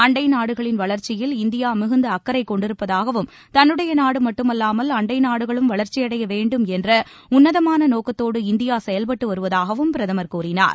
அண்டை நாடுகளின் வளர்ச்சியில் இந்தியா மிகுந்த அக்கறை கொண்டிருப்பதாகவும் தன்னுடைய நாடு மட்டுமல்லாமல் அண்டை நாடுகளும் வளர்ச்சியடைய வேண்டும் என்ற உன்னதமான நோக்கத்தோடு இந்தியா செயல்பட்டு வருவதாகவும் பிரதமர் கூறினார்